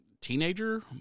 teenager